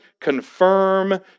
confirm